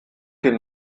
den